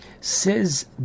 Says